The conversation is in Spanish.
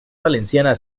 valenciana